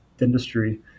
industry